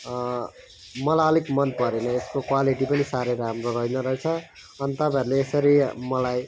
मलाई अलिक मन परेन यसको क्वालिटी पनि साह्रै राम्रो रहेन रहेछ अनि तपाईँहरूले यसरी मलाई